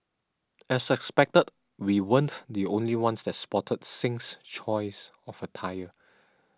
as expected we weren't the only ones that spotted Singh's choice of attire